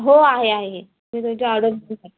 हो आहे आहे तुम्ही तुमची ऑर्डर द्या